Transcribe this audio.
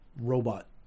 Robot